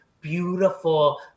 beautiful